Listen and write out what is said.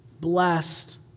blessed